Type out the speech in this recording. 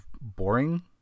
boring